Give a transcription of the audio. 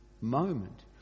moment